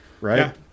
right